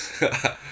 ha ha